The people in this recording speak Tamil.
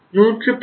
111